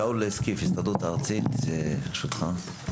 שאול סקיף מההסתדרות הארצית, בקצרה.